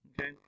Okay